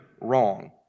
wrong